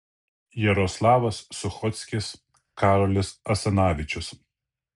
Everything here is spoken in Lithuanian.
jaroslavas suchockis karolis asanavičius